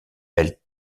elle